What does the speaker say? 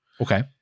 Okay